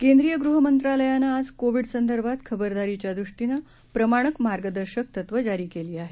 केंद्रीय गृहमंत्रालयानं आज कोविड संदर्भात खबरदारीच्या दृष्टीनं प्रमाणक मार्गदर्शक तत्वं जारी केली आहेत